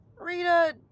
Rita